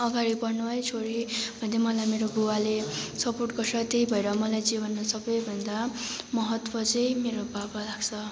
अगाडि बढ्नू है छोरी भन्दै मलाई मेरो बुवाले सपोर्ट गर्छ त्यही भएर मलाई जीवनमा सबैभन्दा महत्त्व चाहिँ मेरो बाबा लाग्छ